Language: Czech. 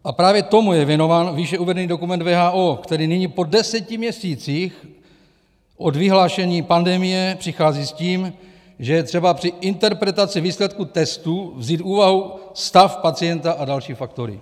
A právě tomu je věnován výše uvedený dokument WHO, který nyní, po 10 měsících od vyhlášení pandemie, přichází s tím, že je třeba při interpretaci výsledků testů vzít v úvahu stav pacienta a další faktory.